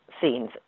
scenes